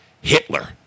Hitler